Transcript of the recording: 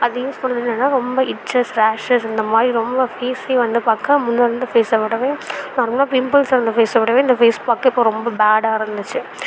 அது யூஸ் பண்ணனால ரொம்ப இச்செஸ் ரேஷஸ் இந்த மாதிரி ரொம்ப ஃபேஸே வந்து பார்க்க முன்ன இருந்த ஃபேஸை விடவும் நார்மலாக பிம்பிள்ஸ் வந்த ஃபேஸை விடவே இந்த ஃபேஸ் பார்க்குறக்கு ரொம்ப பேடாக இருந்துச்சு